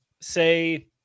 say